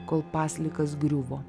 kol paslikas griuvo